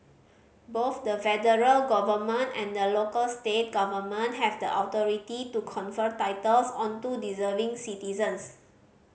both the federal government and the local state government have the authority to confer titles onto deserving citizens